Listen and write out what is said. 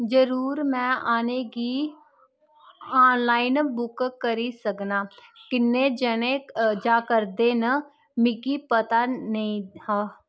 जरूर में आना गी ऑनलाइन बुक करी सकनां कि'न्ने जनें जा करदे न मिगी पता नेईं हा